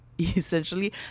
essentially